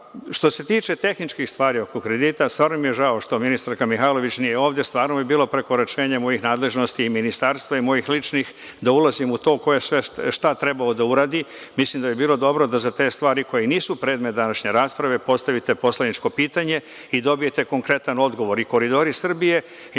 što se tiče tehničkih stvari oko kredita, stvarno mi je žao što ministarka Mihajlović nije ovde, stvarno bi bilo prekoračenje mojih nadležnosti i ministarstva i mojih ličnih da ulazimo u to ko je šta trebao da uradi. Mislim, da bi bilo dobro da za te stvari koje nisu predmet današnje rasprave postavite poslaničko pitanje i dobijete konkretan odgovor, i Koridori Srbije